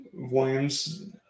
Williams